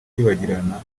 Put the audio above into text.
byibagirana